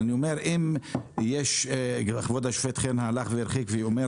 אני חושב שהמענה לחלק מהסוגיות ניתן יהיה